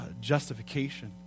justification